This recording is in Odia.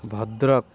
ଭଦ୍ରକ